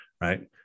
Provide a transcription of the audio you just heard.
right